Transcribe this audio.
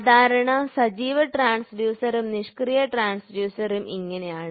സാധാരണ സജീവ ട്രാൻസ്ഡ്യൂസറും നിഷ്ക്രിയ ട്രാൻസ്ഡ്യൂസറും ഇങ്ങനെയാണ്